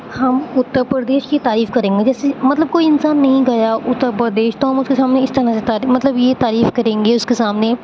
ہم اتر پردیش کی تعریف کریں جیسے مطلب کوئی انسان نہیں گیا اترپردیش تو ہم اس کے سامنے اس طرح سے تعری مطلب یہ تعریف کریں گے اس کے سامنے